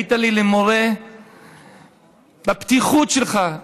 היית לי למורה בפתיחות שלך,